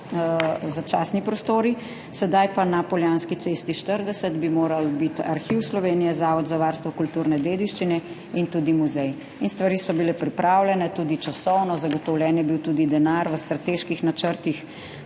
začasni prostori, sedaj pa bi na Poljanski cesti 40 morali biti Arhiv Republike Slovenije, Zavod za varstvo kulturne dediščine in tudi muzej. Stvari so bile pripravljene, tudi časovno, zagotovljen je bil tudi denar, v strateških načrtih